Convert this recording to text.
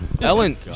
Ellen